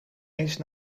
eens